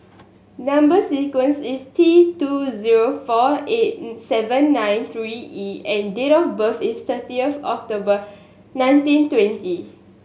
number sequence is T two zero four eight seven nine three E and date of birth is thirty of October nineteen twenty